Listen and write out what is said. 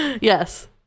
yes